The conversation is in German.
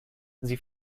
sie